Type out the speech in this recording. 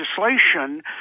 legislation